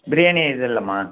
பிரியாணி இது இல்லைம்மா